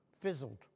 Fizzled